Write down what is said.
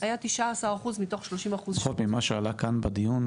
היה 19% מתוך 30%. לפחות ממה שעלה כאן בדיון,